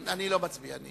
אני לא מצביע.